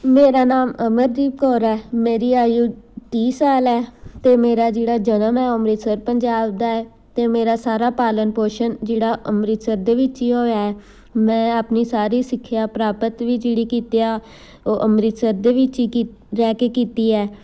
ਮੇਰਾ ਨਾਮ ਅਮਰਦੀਪ ਕੌਰ ਹੈ ਮੇਰੀ ਆਯੂ ਤੀਹ ਸਾਲ ਹੈ ਅਤੇ ਮੇਰਾ ਜਿਹੜਾ ਜਨਮ ਹੈ ਉਹ ਅੰਮ੍ਰਿਤਸਰ ਪੰਜਾਬ ਦਾ ਹੈ ਅਤੇ ਮੇਰਾ ਸਾਰਾ ਪਾਲਣ ਪੋਸ਼ਣ ਜਿਹੜਾ ਅੰਮ੍ਰਿਤਸਰ ਦੇ ਵਿੱਚ ਹੀ ਹੋਇਆ ਮੈਂ ਆਪਣੀ ਸਾਰੀ ਸਿੱਖਿਆ ਪ੍ਰਾਪਤ ਵੀ ਜਿਹੜੀ ਕੀਤੀ ਆ ਉਹ ਅੰਮ੍ਰਿਤਸਰ ਦੇ ਵਿੱਚ ਹੀ ਕੀਤ ਰਹਿ ਕੇ ਕੀਤੀ ਹੈ